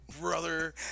brother